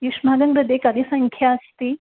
युष्माकं कृते कति संख्या अस्ति